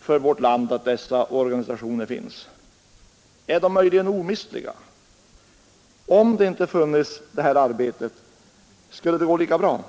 för vårt land att dessa organisationer finns? Är de möjligen omistliga? Om inte deras arbete funnes, skulle det gå lika bra?